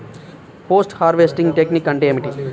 Post harvesting technique అంటే ఏమిటీ?